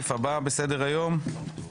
הצבעה בעד הערעור 2 נגד, 7 נמנעים, אין לא אושר.